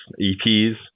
EPs